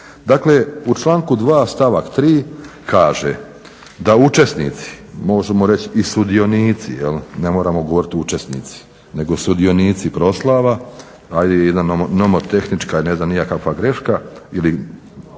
Dakle u članku 2.stavak 3.kaže da učesnici, možemo reći i sudionici ne moramo govoriti učesnici nego sudionici proslava, a jedna nomotehnička i ne znam ni ja kakva greška ili